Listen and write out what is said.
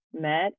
met